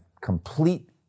complete